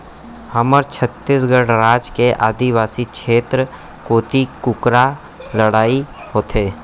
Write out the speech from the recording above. हमर छत्तीसगढ़ राज के आदिवासी छेत्र कोती कुकरा लड़ई होथे